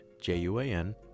J-U-A-N